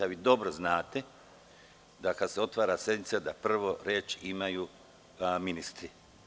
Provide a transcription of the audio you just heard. Vi dobro znate da kada se otvara sednice prvo reč imaju ministri.